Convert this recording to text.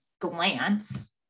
glance